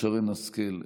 חברת הכנסת שרן השכל,